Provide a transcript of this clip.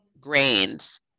grains